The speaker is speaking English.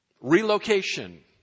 Relocation